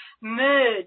merge